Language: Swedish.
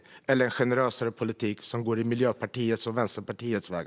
Eller blir det en generösare politik som går Miljöpartiets och Vänsterpartiet väg?